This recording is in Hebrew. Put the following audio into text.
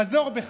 חזור בך.